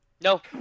No